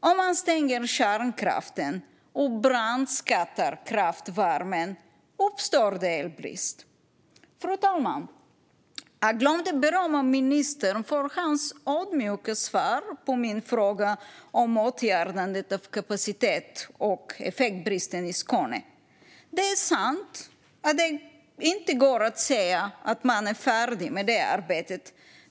Om man stänger kärnkraften och brandskattar kraftvärmen uppstår det elbrist. Fru talman! Jag glömde att berömma ministern för hans ödmjuka svar på min fråga om åtgärdandet av kapacitets och effektbristen i Skåne. Det är sant att det inte går att säga att man är färdig med det arbetet.